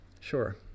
Sure